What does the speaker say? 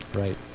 right